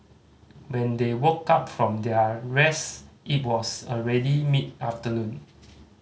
when they woke up from their rest it was already mid afternoon